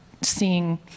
seeing